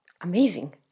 Amazing